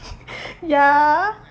ya